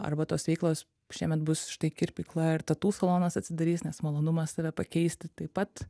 arba tos veiklos šiemet bus štai kirpykla ir tatų salonas atsidarys nes malonumas save pakeisti taip pat